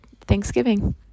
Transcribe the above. Thanksgiving